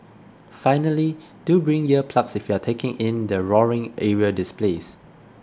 finally do bring ear plugs if you are taking in the roaring aerial displays